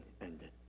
ended